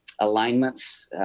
alignments